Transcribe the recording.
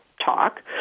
talk